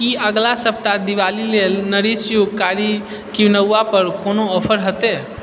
की अगिला सप्ताह दिवाली लेल नरिश यू कारी क्विनोआ पर कोनो ऑफर हेतै